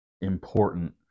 important